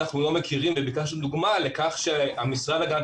אנחנו לא מכירים וביקשנו דוגמה - לפיה המשרד להגנת